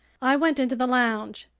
i went into the lounge.